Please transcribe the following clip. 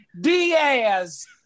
Diaz